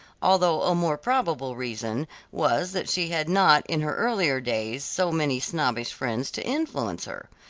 although a more probable reason was that she had not in her earliest days so many snobbish friends to influence her.